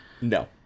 No